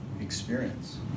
experience